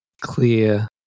clear